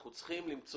אנחנו צריכים למצוא,